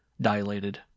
dilated